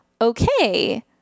okay